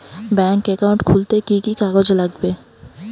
Bank account খুলতে কি কি কাগজ লাগে?